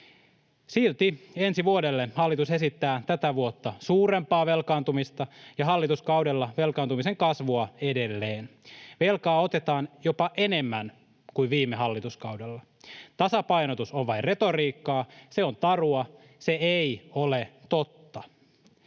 Silti ensi vuodelle hallitus esittää tätä vuotta suurempaa velkaantumista ja hallituskaudella velkaantumisen kasvua edelleen. Velkaa otetaan jopa enemmän kuin viime hallituskaudella. Tasapainotus on vain retoriikkaa. Se on tarua. Se ei ole totta.